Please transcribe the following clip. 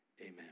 Amen